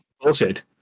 bullshit